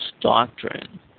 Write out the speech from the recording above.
doctrine